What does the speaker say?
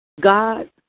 God